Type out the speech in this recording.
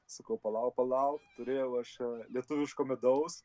sakau palauk palauk turėjau aš čia lietuviško medaus